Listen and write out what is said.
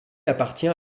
appartient